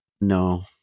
No